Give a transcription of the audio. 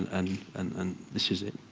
and and this is it.